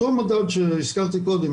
אותו מדד שהזכרתי קודם,